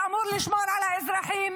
שאמור לשמור על האזרחים?